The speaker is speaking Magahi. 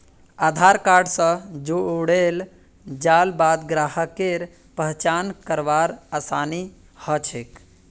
आधार कार्ड स जुड़ेल जाल बाद ग्राहकेर पहचान करवार आसानी ह छेक